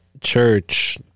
church